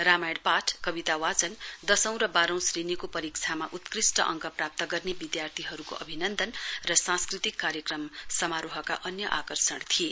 रामायण पाठ कविता वाचन दशौं र वाह्रो श्रेणीको परीक्षामा उत्कृस्ट अङ्क प्राप्त गर्ने विधार्थीहरुको अभिनन्दन र सांस्कृतिक कार्यक्रम समारोहका अन्य आकर्षण थिए